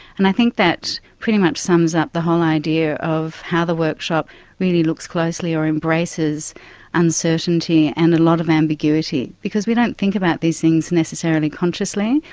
and i think that pretty much sums up the whole idea of how the workshop really looks closely or embraces uncertainty and a lot of ambiguity, because we don't think about these things necessarily consciously,